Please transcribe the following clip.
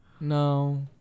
No